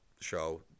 show